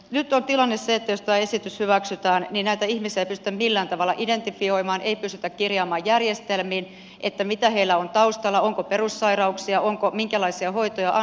nyt on tilanne se että jos tämä esitys hyväksytään niin näitä ihmisiä ei pystytä millään tavalla identifioimaan ei pystytä kirjaamaan järjestelmiin mitä heillä on taustalla onko perussairauksia onko minkälaisia hoitoja annettu